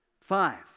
Five